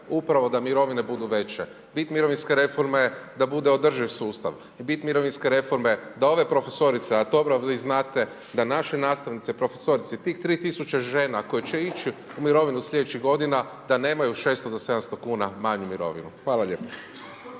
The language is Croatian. upravo da mirovine budu veće, bit mirovinske reforme da bude održiv sustav, bit mirovinske reforme da ove profesorice, a dobro vi znate da naši nastavnici, tih 3000 žena koji će ići u mirovinu sljedećih godina da nemaju 600 do 700kn manju mirovinu. Hvala lijepa.